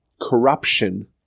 corruption